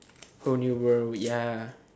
whole new world ya